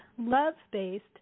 love-based